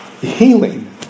Healing